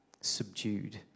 subdued